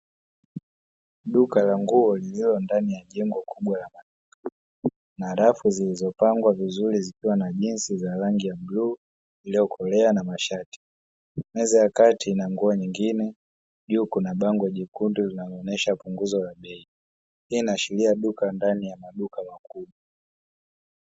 Duka la nguo lililo ndani ya jengo kubwa la maduka na rafu zilizopangwa vizuri zikiwa na jinsi za rangi ya bluu iliyokolea na mashati, meza ya kati ina nguo nyingine, juu kuna bango jekundu linaloonyesha punguzo la bei. Hii inaashiria duka ndani ya maduka makubwa.